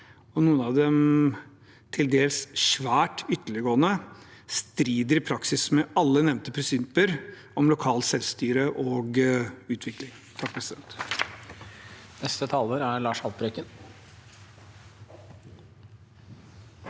noen av dem er til dels svært ytterliggående – i praksis strider med alle nevnte prinsipper om lokalt selvstyre og utvikling.